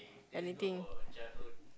everything